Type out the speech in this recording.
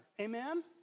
Amen